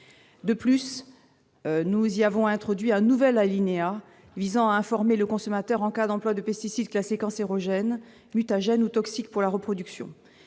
complété par un nouvel alinéa, tendant à informer le consommateur en cas d'emploi de pesticides classés cancérogènes, mutagènes ou toxiques pour la reproduction.